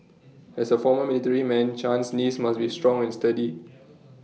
as A former military man Chan's knees must be strong and sturdy